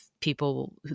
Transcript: people